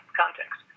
context